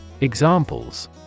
Examples